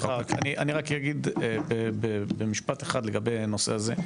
אני רק אגיד במשפט אחד על הנושא הזה,